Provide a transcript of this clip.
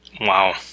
Wow